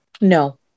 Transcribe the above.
No